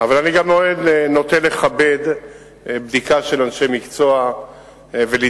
אבל אני גם נוטה לכבד בדיקה של אנשי מקצוע ולהתייחס.